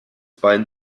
bein